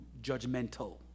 judgmental